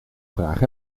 vraag